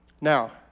Now